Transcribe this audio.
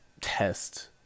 test